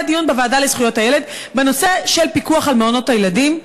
היה דיון בוועדה לזכויות הילד בנושא הפיקוח על מעונות הילדים.